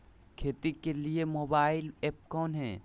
खेती के लिए मोबाइल ऐप कौन है?